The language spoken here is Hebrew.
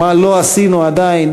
או מה לא עשינו עדיין,